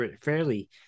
fairly